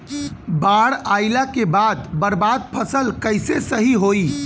बाढ़ आइला के बाद बर्बाद फसल कैसे सही होयी?